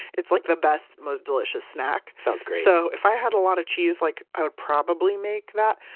it's like the best, most delicious snack sounds great so, if i had a lot of cheese, like i would probably make that.